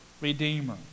Redeemer